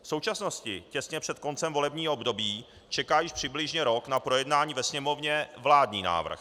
V současnosti, těsně před koncem volebního období, čeká již přibližně rok na projednání ve Sněmovně vládní návrh.